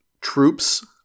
troops